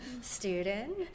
student